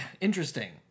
interesting